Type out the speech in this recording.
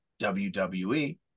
wwe